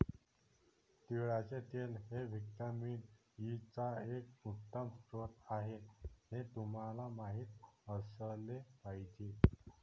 तिळाचे तेल हे व्हिटॅमिन ई चा एक उत्तम स्रोत आहे हे तुम्हाला माहित असले पाहिजे